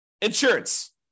insurance